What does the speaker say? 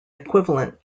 equivalent